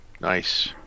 nice